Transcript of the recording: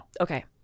Okay